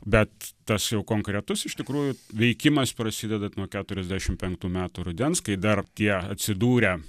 bet tas jau konkretus iš tikrųjų veikimas prasideda nuo keturiasdešim penktų metų rudens kai dar tie atsidūrę